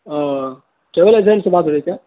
travel agent سے بات ہو رہی ہے کیا